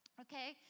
Okay